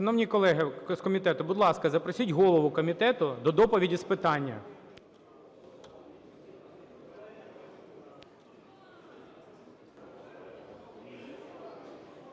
Шановні колеги з комітету, будь ласка, запросіть голову комітету до доповіді з питання.